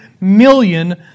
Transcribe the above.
million